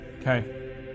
Okay